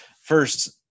First